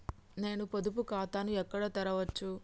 నేను పొదుపు ఖాతాను ఎక్కడ తెరవచ్చు?